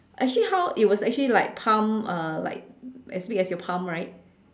actually how it was like actually like palm uh like as big as your palm right